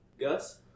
Gus